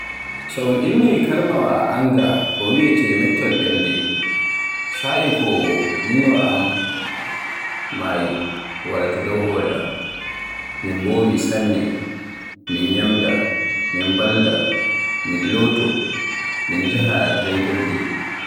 So un inni kalimaawa Anger ko wiyeete " mettol bernde" sa'i ko minyo am maayi waraata dow hore am, min bowi sanne, min nyamda min baalda, min looto, min njaaha janngirde.